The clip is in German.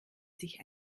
sich